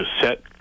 set